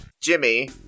Jimmy